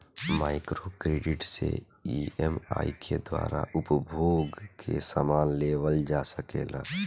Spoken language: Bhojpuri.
माइक्रो क्रेडिट से ई.एम.आई के द्वारा उपभोग के समान लेवल जा सकेला